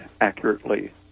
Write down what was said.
accurately